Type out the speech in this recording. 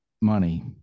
money